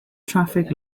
traffic